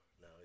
no